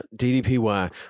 DDPY